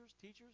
teachers